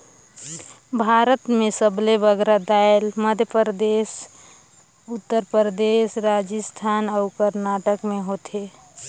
भारत में सबले बगरा दाएल मध्यपरदेस परदेस, उत्तर परदेस, राजिस्थान अउ करनाटक में होथे